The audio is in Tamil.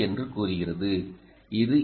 என்று கூறுகிறது இது 20